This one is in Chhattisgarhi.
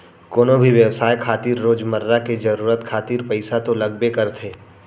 कोनो भी बेवसाय खातिर रोजमर्रा के जरुरत खातिर पइसा तो लगबे करथे